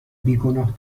بیگناه